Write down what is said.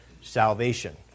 salvation